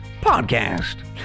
podcast